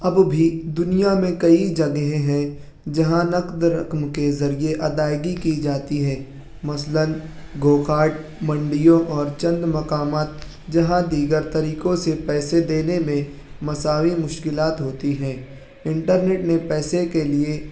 اب بھی دنیا میں کئی جگہیں ہیں جہاں نقد رقم کے ذریعہ ادائیگی کی جاتی ہے مثلاً گوکھارڈ منڈیوں اور چند مقامات جہاں دیگر طریقوں سے پیسے دینے میں مساوی مشکلات ہوتی ہے انٹرنیٹ نے پیسے کے لیے